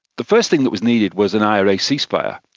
the first thing that was needed was an ira ceasefire,